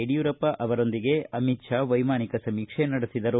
ಯಡಿಯೂರಪ್ಪ ಅವರೊಂದಿಗೆ ಅಮಿತ ಶಾ ವೈಮಾನಿಕ ಸಮೀಕ್ಷೆ ನಡೆಸಿದರು